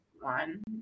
one